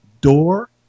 Door